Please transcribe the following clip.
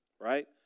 right